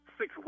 six